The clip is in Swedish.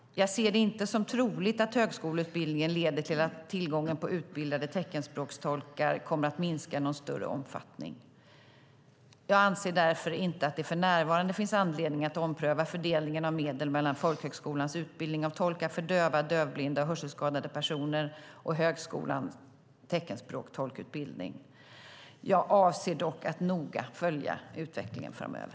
Jag ser det inte som troligt att högskoleutbildningen leder till att tillgången på utbildade teckenspråkstolkar kommer att minska i någon större omfattning. Jag anser därför inte att det för närvarande finns anledning att ompröva fördelningen av medel mellan folkhögskolans utbildning av tolkar för döva, dövblinda och hörselskadade personer och högskolans teckenspråkstolksutbildning. Jag avser dock att noga följa utvecklingen framöver.